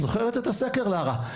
זוכרת את הסקר, לארה?